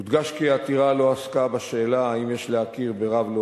יודגש כי העתירה לא עסקה בשאלה אם יש להכיר ברב לא